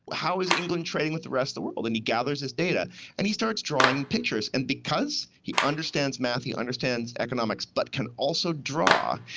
how is england trading with the rest of the world. and he gathers his data and he starts drawing pictures. and because he understands maths, he understands economics, but can also draw,